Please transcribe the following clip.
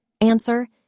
Answer